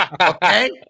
Okay